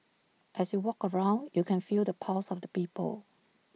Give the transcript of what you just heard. as you walk around you can feel the pulse of the people